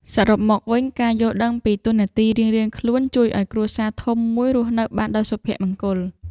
សរុបមកវិញ ការយល់ដឹងពីតួនាទីរៀងៗខ្លួនជួយឱ្យគ្រួសារធំមួយរស់នៅបានដោយសុភមង្គល។